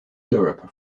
europe